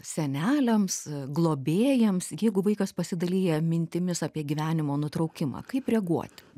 seneliams globėjams jeigu vaikas pasidalija mintimis apie gyvenimo nutraukimą kaip reaguoti